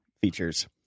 features